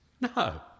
No